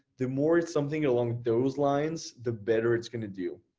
the more it's something along those lines, the better it's gonna do.